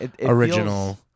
original